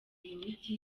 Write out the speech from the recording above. imiti